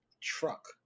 truck